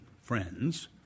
friends